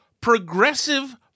progressive